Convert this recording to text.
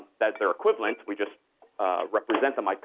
that they're equivalent, we just represent them like